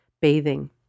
bathing